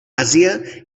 àsia